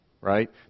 right